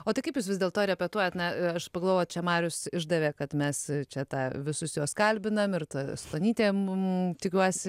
o tai kaip jūs vis dėlto repetuojat na aš pagalvojau va čia marius išdavė kad mes čia tą visus juos kalbinam ir ta stonytė mum tikiuosi